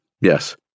Yes